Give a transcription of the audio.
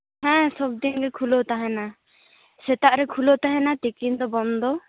ᱦᱮᱸ ᱥᱚᱵ ᱫᱤᱱ ᱜᱮ ᱠᱷᱩᱞᱟᱹᱣ ᱛᱟᱦᱮᱸᱱᱟ ᱥᱮᱛᱟᱜ ᱨᱮ ᱠᱷᱩᱞᱟᱹᱣ ᱛᱟᱦᱮᱸᱱᱟ ᱛᱤᱠᱤᱱ ᱫᱚ ᱵᱚᱱᱫᱚ